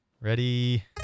Ready